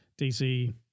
DC